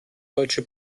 deutsche